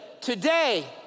today